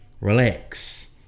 relax